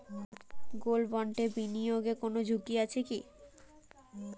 Gold বন্ডে বিনিয়োগে কোন ঝুঁকি আছে কি?